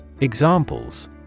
Examples